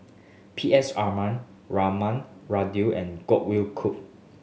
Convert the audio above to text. P S Aman Raman and Godwin Koay